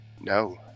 no